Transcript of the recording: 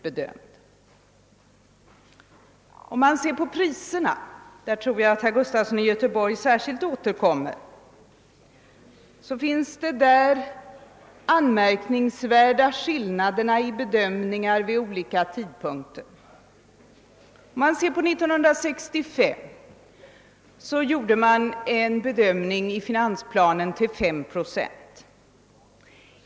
:| I fråga om prisutvecklingen, som jag tror att herr Gustafson i Göteborg också särskilt kommer att beröra, finns anmärkningsvärda skillnader i bedömningarna vid olika tidpunkter. I finansplanen 1965 beräknades prisstegringen bli 5 procent.